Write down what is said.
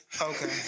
okay